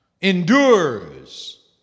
endures